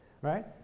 right